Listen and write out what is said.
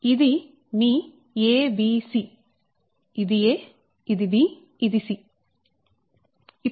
ఇది మీ a b c ఇది a ఇది b ఇది c